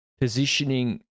positioning